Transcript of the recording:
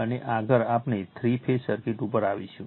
અને આગળ આપણે થ્રી ફેઝ સર્કિટ ઉપર આવીશું